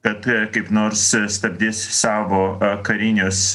kad kaip nors stabdys savo karinius